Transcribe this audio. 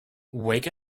wake